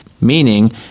meaning